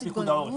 מרכז שפירא,